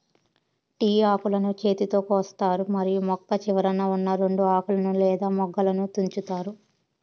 tea ఆకులను చేతితో కోస్తారు మరియు మొక్క చివరన ఉన్నా రెండు ఆకులు లేదా మొగ్గలను తుంచుతారు